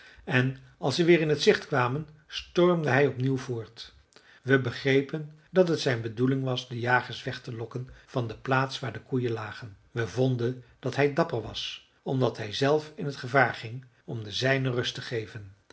en als ze weer in t gezicht kwamen stormde hij opnieuw voort we begrepen dat het zijn bedoeling was de jagers weg te lokken van de plaats waar de koeien lagen we vonden dat hij dapper was omdat hij zelf in t gevaar ging om de zijnen rust te geven